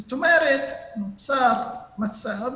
זאת אומרת נוצר מצב